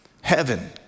heaven